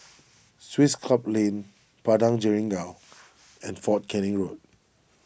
Swiss Club Lane Padang Jeringau and fort Canning Road